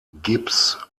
gibbs